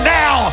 now